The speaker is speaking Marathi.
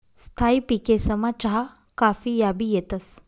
स्थायी पिकेसमा चहा काफी याबी येतंस